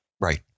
Right